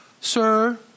Sir